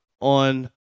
on